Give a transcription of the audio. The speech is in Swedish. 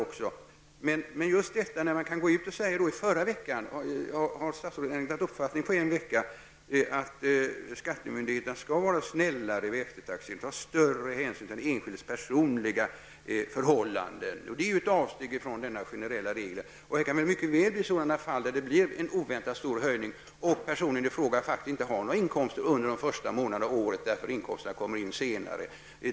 Har statsrådet ändrat uppfattning sedan förra veckan när det gäller att skattemyndigheterna skall vara snällare vid eftertaxering och ta större hänsyn till den enskildes personliga förhållanden? Det är ju ett avsteg från denna generella regel. Det kan mycket väl uppstå sådana fall där det blir en oväntat stor höjning och där personen i fråga faktiskt inte har några inkomster under de första månaderna av året, eftersom inkomsterna kommer senare.